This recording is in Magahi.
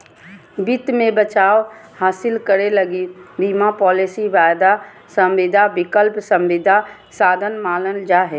वित्त मे बचाव हासिल करे लगी बीमा पालिसी, वायदा संविदा, विकल्प संविदा साधन मानल जा हय